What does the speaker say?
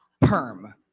perm